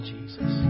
Jesus